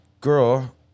girl